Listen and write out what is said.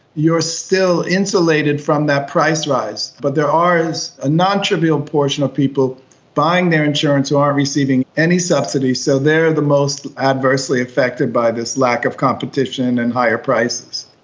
you are still insulated from that price rise, but there are a ah nontrivial portion of people buying their insurance who aren't receiving any subsidies, so they are the most adversely affected by this lack of competition and higher prices.